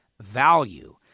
value